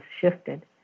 shifted